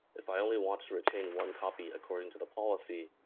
if i only want to retain one copy according to the policy,